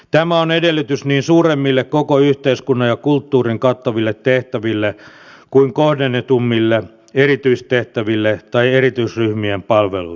tämä on edellytys niin suuremmille koko yhteiskunnan ja kulttuurin kattaville tehtäville kuin kohdennetummille erityistehtäville tai erityisryhmien palveluille